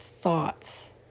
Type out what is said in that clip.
thoughts